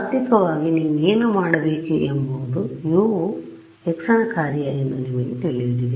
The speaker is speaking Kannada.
ತಾತ್ತ್ವಿಕವಾಗಿ ನೀವು ಏನು ಮಾಡಬೇಕು ಎಂಬುದು U ವು x ನ ಕಾರ್ಯ ಎಂದು ನಿಮಗೆ ತಿಳಿದಿದೆ